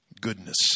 goodness